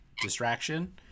distraction